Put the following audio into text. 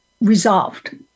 resolved